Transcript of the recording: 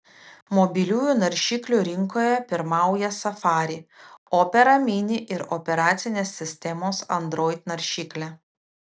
mobiliųjų naršyklių rinkoje pirmauja safari opera mini ir operacinės sistemos android naršyklė